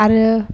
आरो